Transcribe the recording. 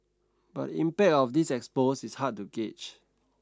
but the impact of this expose is hard to gauge